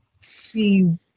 see